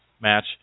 match